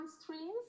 streams